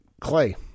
clay